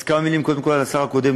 אז כמה מילים, קודם כול, על השר הקודם.